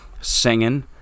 singing